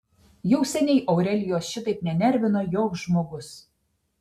jau seniai aurelijos šitaip nenervino joks žmogus